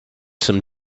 some